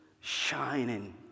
shining